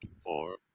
four